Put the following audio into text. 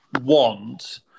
want